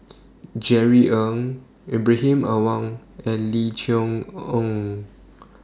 Jerry Ng Ibrahim Awang and Lim Chee Onn